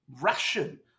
ration